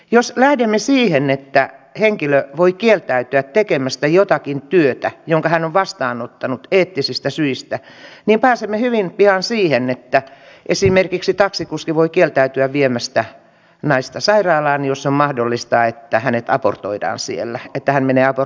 jos lähdemme siihen että henkilö voi eettisistä syistä kieltäytyä tekemästä jotakin työtä jonka hän on vastaanottanut niin pääsemme hyvin pian siihen että esimerkiksi taksikuski voi kieltäytyä viemästä naista sairaalaan jos on mahdollista että hän menee abortin takia sinne